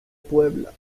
puebla